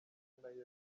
bazwi